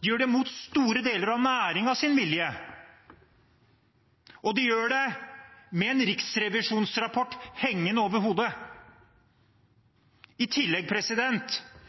de gjør det mot store deler av næringens vilje, og de gjør det med en riksrevisjonsrapport hengende over hodet. I tillegg